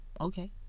Okay